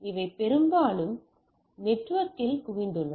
இவை பெரும்பாலும் நெட்வொர்க்கில் குவிந்துள்ளன